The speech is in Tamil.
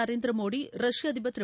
நரேந்திர மோடி ரஷ்ய அதிபர் திரு